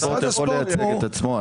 משרד הספורט יכול לייצג את עצמו.